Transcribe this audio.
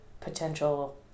potential